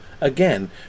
again